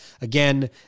again